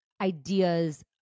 ideas